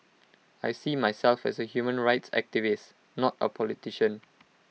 I see myself as A human rights activist not A politician